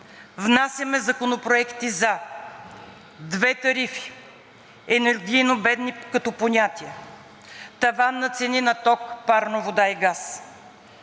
Внасяме законопроекти за две тарифи, енергийно бедни като понятие, таван на цени на ток, парно, вода и газ,